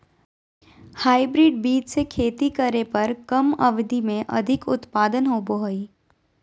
hybrid बीज से खेती करे पर कम अवधि में अधिक उत्पादन होबो हइ